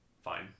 Fine